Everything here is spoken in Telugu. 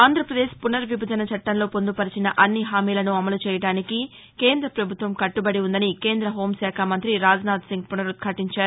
ఆంధ్రాపదేశ్ పునర్విభజన చట్టంలో పొందుపరిచిన అన్ని హామీలను అమలు చేయడానికి కేంద్ర ప్రభుత్వం కట్లుబడి ఉందని కేంద్ర హోంశాఖ మంతి రాజ్ నాధ్ సింగ్ పునరుద్భాటించారు